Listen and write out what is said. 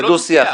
זה דו-שיח.